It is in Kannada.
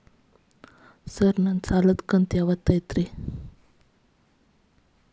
ಸರ್ ನನ್ನ ಸಾಲದ ಕಂತು ಯಾವತ್ತೂ ಐತ್ರಿ?